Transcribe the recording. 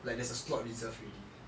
like there's a slot reserved already